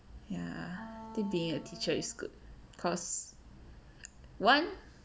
ya today your teacher is good because one